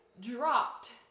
dropped